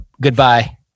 goodbye